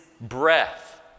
Breath